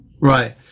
right